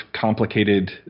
complicated